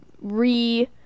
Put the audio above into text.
re